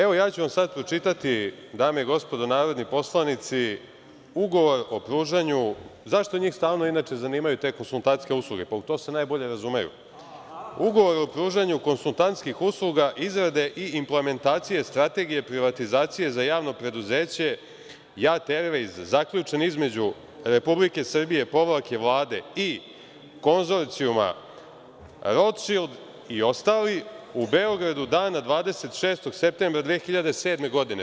Evo, sad ću vam pročitati, dame i gospodo narodni poslanici, ugovor o pružanju, zašto njih inače stalno zanimaju te konsultantske usluge, pa u to se najbolje razumeju, ugovor o pružanju konsultantskih usluga - izrade i implementacije strategije privatizacije za Javno preduzeće „JAT ervajz“ zaključen između Republike Srbije - Vlade i konzorcijuma „Rodšild“ i ostali u Beogradu 26. septembra 2007. godine.